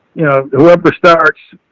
you know, whoever starts,